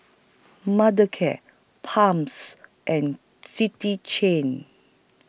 Mothercare Palm's and City Chain